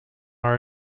are